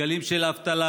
גלים של אבטלה,